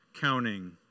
counting